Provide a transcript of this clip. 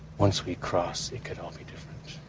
once we cross, it could all be different.